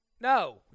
No